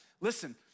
listen